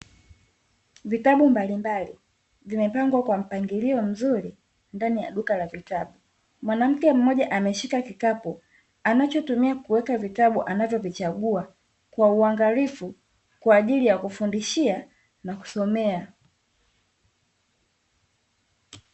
Vitabu mbalimbali vimepangwa kwa mpangilio mzuri ndani ya duka la vitabu. Mwanamke mmoja ameshika kikapu anachotumia kuweka vitabu anavyo vichagua, kwa uangalifu kwa ajili ya kufundishia na kusomea.